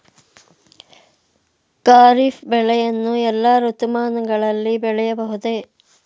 ಖಾರಿಫ್ ಬೆಳೆಯನ್ನು ಎಲ್ಲಾ ಋತುಮಾನಗಳಲ್ಲಿ ಬೆಳೆಯಬಹುದೇ?